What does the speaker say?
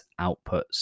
outputs